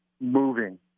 moving